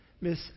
miss